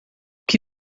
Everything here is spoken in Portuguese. que